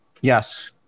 yes